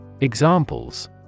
Examples